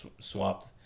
swapped